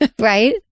Right